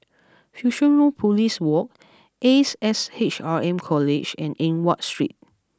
Fusionopolis Walk Ace S H R M College and Eng Watt Street